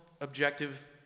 objective